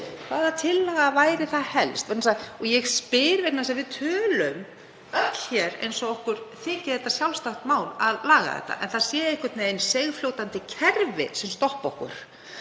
hvaða tillaga væri það helst? Ég spyr vegna þess að við tölum öll hér eins og okkur þyki það sjálfsagt mál að laga þetta en það séu einhvern veginn seigfljótandi kerfi sem stoppa okkur.